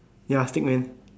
ya stick man